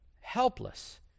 helpless